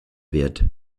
wird